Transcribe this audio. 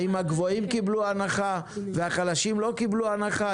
האם הגבוהים קיבלו הנחה והחלשים לא קיבלו הנחה?